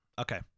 Okay